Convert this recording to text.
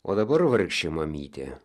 o dabar vargše mamyte